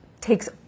takes